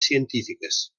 científiques